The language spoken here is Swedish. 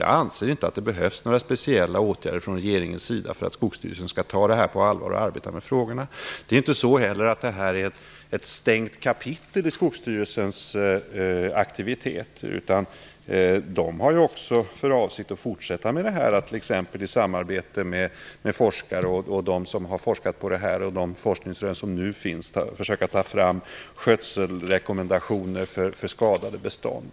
Jag anser inte att det behövs några speciella åtgärder från regeringens sida för att Skogsstyrelsen skall ta frågorna på allvar och arbeta med dem. Det är inte heller så att det här är ett stängt kapitel i Skogsstyrelsens aktivitet. Den har för avsikt att fortsätta med det här och t.ex. i samarbete med forskare och med hänsyn till de forskningsrön som nu finns försöka ta fram skötselrekommendationer för skadade bestånd.